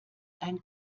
ein